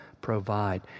provide